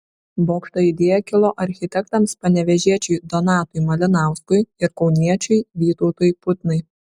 bokšto idėja kilo architektams panevėžiečiui donatui malinauskui ir kauniečiui vytautui putnai